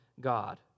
God